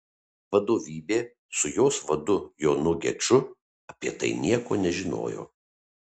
vadovybė su jos vadu jonu geču apie tai nieko nežinojo